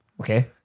Okay